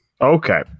Okay